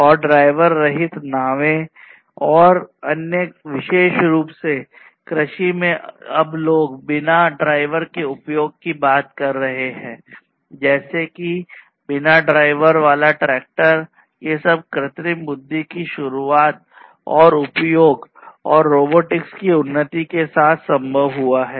और ड्राइवर रहित नावें और कई अन्य विशेष रूप से कृषि में लोग अब बिना ड्राइवर के उपयोग की बात कर रहे हैं जैसे कि बिना ड्राइवर बाला ट्रैक्टर ये सब कृत्रिम बुद्धि की शुरूआत और उपयोग और रोबोटिक्स की उन्नति के साथ संभव हुआ है